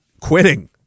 quitting